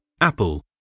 Apple